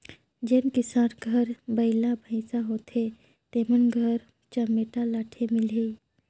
जेन किसान घर बइला भइसा होथे तेमन घर चमेटा लाठी मिलही